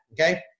okay